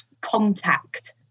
contact